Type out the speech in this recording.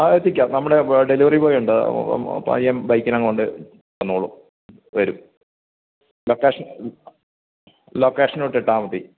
ആ എത്തിക്കാം നമ്മുടെ ഡെലിവറി ബോയുണ്ട് പയ്യന് ബൈക്കിനങ്ങ് കൊണ്ടു വന്നോളും വരും ലൊക്കേഷൻ ലൊക്കേഷനൊട്ടിട്ടാൽ മതി